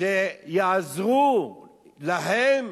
שיעזרו להם